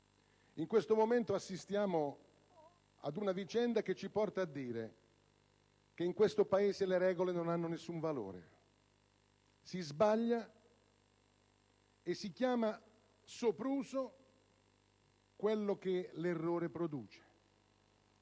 in questo momento assistiamo ad una vicenda che ci porta a dire che in questo Paese le regole non hanno alcun valore; si sbaglia e si chiama sopruso quello che l'errore produce.